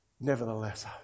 Nevertheless